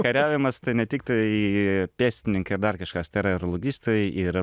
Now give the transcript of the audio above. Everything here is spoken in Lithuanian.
kariavimas tai ne tik tai pėstininkai ar dar kažkas tai yra ir logistai ir